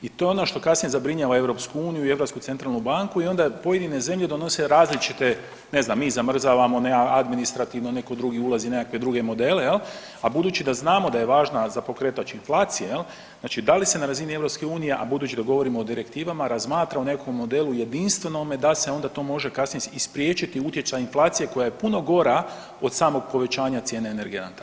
I to je ono što kasnije zabrinjava EU i Europsku centralnu banku i onda pojedine zemlje donose različite, ne znam mi zamrzavamo administrativno, netko drugi ulazi nekakve druge modele, a budući da znamo da je važna za pokretač inflacija, znači da li se na razini EU a budući da govorimo o direktivama razmatra o nekakvom modelu jedinstvenome da se to onda može kasnije i spriječiti utjecaj inflacije koja je puno gora od samog povećanja cijene energenata.